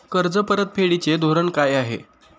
कर्ज परतफेडीचे धोरण काय आहे?